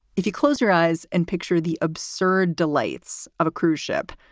if you close your eyes and picture the absurd delights of a cruise ship,